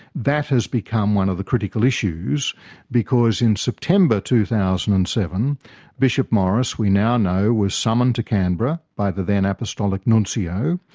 that has become one of the critical issues because in september two thousand and seven bishop morris we now know was summoned to canberra by the then apostolic nuncio.